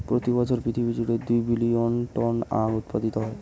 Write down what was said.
প্রতি বছর পৃথিবী জুড়ে দুই বিলিয়ন টন আখ উৎপাদিত হয়